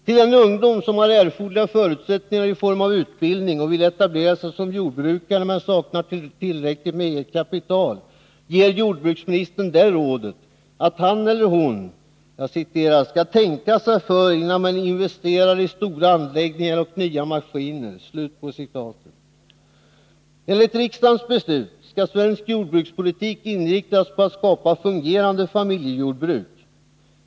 Till den ungdom som har erforderliga förutsättningar i form av utbildning och som vill etablera sig som jordbrukare men saknar tillräckligt med eget kapital ger jordbruksministern det rådet, att han eller hon skall ”tänka sig för innan man investerar i stora anläggningar och nya maskiner”. Enligt riksdagens beslut skall svensk jordbrukspolitik inriktas på att skapa fungerande familjejordbruk.